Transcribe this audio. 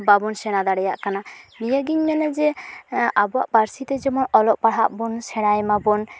ᱵᱟᱵᱚᱱ ᱥᱮᱬᱟ ᱫᱟᱲᱮᱭᱟᱜ ᱠᱟᱱᱟ ᱱᱤᱭᱟᱹᱜᱤᱧ ᱢᱮᱱᱟᱜ ᱡᱮ ᱟᱵᱚᱣᱟᱜ ᱯᱟᱹᱨᱥᱤ ᱛᱮ ᱡᱮᱢᱚᱱ ᱚᱞᱚᱜ ᱯᱟᱲᱦᱟᱜᱵᱚᱱ ᱥᱮᱬᱟᱭ ᱢᱟ ᱵᱚᱱ